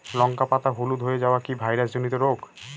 লঙ্কা পাতা হলুদ হয়ে যাওয়া কি ভাইরাস জনিত রোগ?